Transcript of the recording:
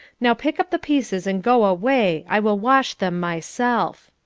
now pick up the pieces and go away. i will wash them myself.